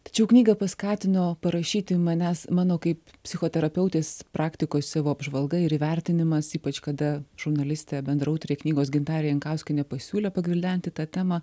tačiau knygą paskatino parašyti manęs mano kaip psichoterapeutės praktikoj savo apžvalga ir įvertinimas ypač kada žurnalistė bendraautorė knygos gintarė jankauskienė pasiūlė pagvildenti tą temą